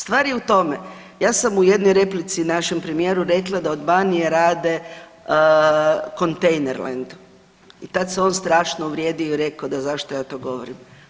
Stvar je u tome, ja sam u jednoj replici našem premijeru rekla da od Banije rade kontejnerland, i tad se on strašno uvrijedio i rekao da zašto ja to govorim.